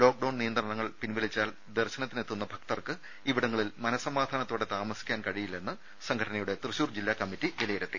lockdown നിയന്ത്രണങ്ങൾ പിൻവലിച്ചാൽ ദർശനത്തിനെത്തുന്ന ഭക്തർക്ക് ഇവിടങ്ങളിൽ മനസമാധാനത്തോടെ താമസിക്കാൻ കഴിയില്ലെന്ന് സംഘടനയുടെ തൃശൂർ ജില്ലാ കമ്മറ്റി വിലയിരുത്തി